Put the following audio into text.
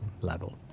level